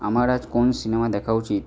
আমার আজ কোন সিনেমা দেখা উচিত